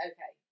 Okay